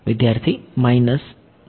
વિદ્યાર્થી માઈનસ